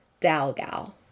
Dalgal